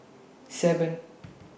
seven